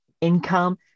income